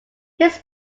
his